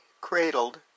cradled